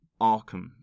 Arkham